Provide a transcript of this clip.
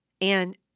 And-